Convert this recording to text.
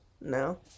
no